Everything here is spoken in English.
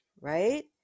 right